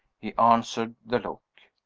he answered the look.